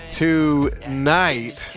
tonight